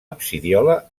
absidiola